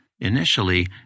Initially